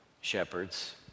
shepherds